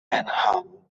enhavo